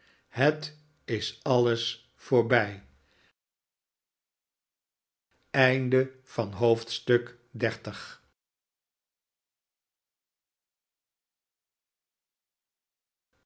het is alles voorbij